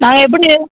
நான் எப்படி